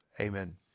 amen